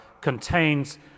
contains